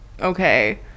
okay